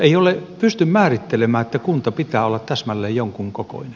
ei pysty määrittelemään että kunnan pitää olla täsmälleen jonkun kokoinen